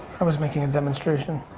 i was making a demonstration.